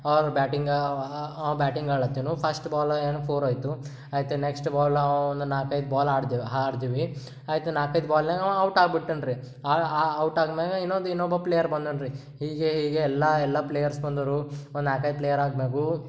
ಅವರ ಬ್ಯಾಟಿಂಗಾ ಅವ ಬ್ಯಾಟಿಂಗ್ ಆಡ್ಲತ್ತೆನೋ ಫಸ್ಟ್ ಬಾಲ ಏನೋ ಫೋರ್ ಹೋಯ್ತು ಆಯಿತು ನೆಕ್ಸ್ಟ್ ಬಾಲ್ ನಾವು ಒಂದು ನಾಲ್ಕೈದು ಬಾಲ್ ಆಡಿದೆವು ಆಡ್ದಿವಿ ಆಯಿತು ನಾಲ್ಕೈದು ಬಾಲ್ನ್ಯಾಗ ಅವ ಔಟಾಗಿ ಬಿಟ್ಟನ್ರಿ ಔಟಾದ್ ಮ್ಯಾಲ ಇನ್ನೊಂದು ಇನ್ನೊಬ್ಬ ಪ್ಲೇಯರ್ ಬಂದನು ರಿ ಹೀಗೆ ಹೀಗೆ ಎಲ್ಲ ಎಲ್ಲ ಪ್ಲೇಯರ್ಸ್ ಬಂದರು ಒಂದು ನಾಲ್ಕೈದು ಪ್ಲೇಯರ್ ಆದ್ಮೇಲೂ